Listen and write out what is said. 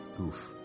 Oof